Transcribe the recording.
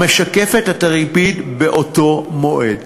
המשקפת את הריבית באותו מועד.